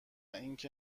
اینکه